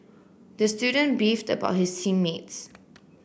the student beefed about his team mates